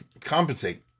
compensate